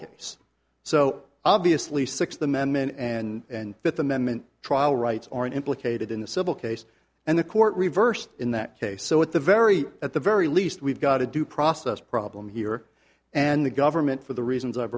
case so obviously six the men men and fifth amendment trial rights are implicated in the civil case and the court reversed in that case so at the very at the very least we've got a due process problem here and the government for the reasons i've